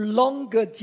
longer